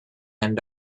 and